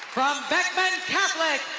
from beckman catholic,